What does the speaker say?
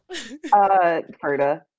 Ferta